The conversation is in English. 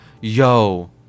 Yo